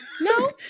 no